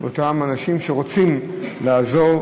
עם אותם אנשים שרוצים לעזור,